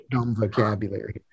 vocabulary